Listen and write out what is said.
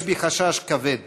יש בי חשש כבד